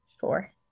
Four